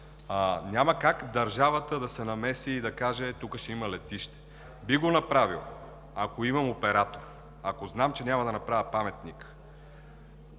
няма как държавата да се намеси и да каже: ето тук ще има летище! Бих го направил, ако имам оператор, ако знам, че няма да направя паметник.